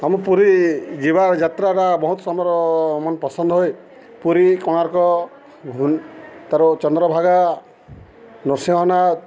ଆମେ ପୁରୀ ଯିବା ଯାତ୍ରାଟା ବହୁତ ସମୟର ମନ ପସନ୍ଦ ହଏ ପୁରୀ କୋଣାର୍କ ତା'ର ଚନ୍ଦ୍ରଭାଗା ନୃସିଂହନାଥ